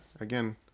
again